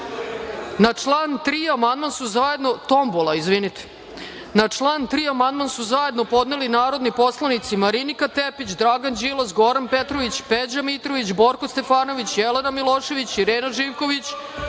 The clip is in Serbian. član 3. amandman su zajedno podneli narodni poslanici Marinika Tepić, Dragan Đilas, Goran Petrović, Peđa Mitrović, Borko Stefanović, Jelena Milošević, Irena Živković,